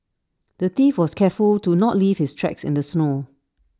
the thief was careful to not leave his tracks in the snow